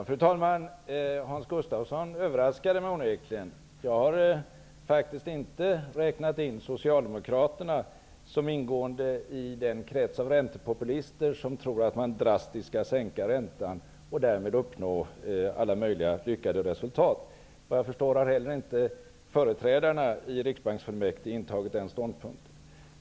Fru talman! Hans Gustafsson överraskade mig onekligen. Jag har faktiskt inte räknat in Socialdemokraterna som ingående i den krets av räntepopulister som tror att man drastiskt skall sänka räntan och därmed uppnå alla möjliga lyckade resultat. Såvitt jag förstår har heller inte företrädarna i Riksbanksfullmäktige intagit den ståndpunkten.